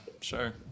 sure